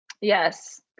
Yes